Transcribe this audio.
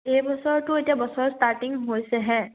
এই বছৰৰতটো এতিয়া বছৰৰ ষ্টাৰ্টিং হৈছেহে